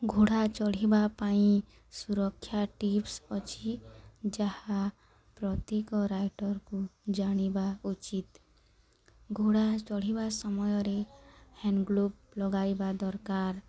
ଘୋଡ଼ା ଚଢ଼ିବା ପାଇଁ ସୁରକ୍ଷା ଟିପ୍ସ ଅଛି ଯାହା ପ୍ରତ୍ୟେକ ରାଇଡ଼ର୍କୁ ଜାଣିବା ଉଚିତ ଘୋଡ଼ା ଚଢ଼ିବା ସମୟରେ ହ୍ୟାଣ୍ଡ ଗ୍ଲୋଭ୍ ଲଗାଇବା ଦରକାର